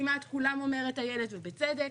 כמעט כולם, אומרת איילת, ובצדק.